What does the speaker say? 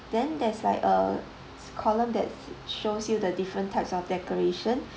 then there's like a column that shows you the different types of decoration